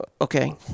Okay